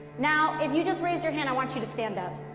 now, if you just raised your hand, i want you to stand up.